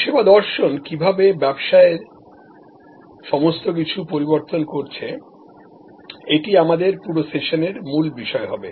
পরিষেবা দর্শন কীভাবে ব্যবসায়ের সমস্ত কিছু পরিবর্তন করছে এবং এটি আমাদের পুরো সেশনের মূল বিষয় হবে